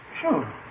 Sure